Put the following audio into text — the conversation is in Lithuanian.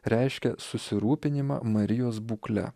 reiškia susirūpinimą marijos būkle